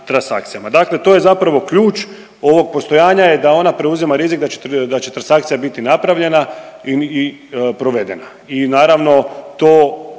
dakle to je zapravo ključ, ovog postojanje je da ona preuzima rizik da će transakcija biti napravljena i provedena